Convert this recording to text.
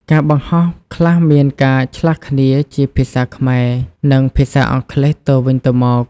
ការបង្ហោះខ្លះមានការឆ្លាស់គ្នាជាភាសាខ្មែរ និងភាសាអង់គ្លេសទៅវិញទៅមក។